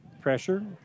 Pressure